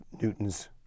Newton's